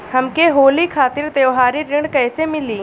हमके होली खातिर त्योहारी ऋण कइसे मीली?